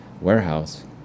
warehouse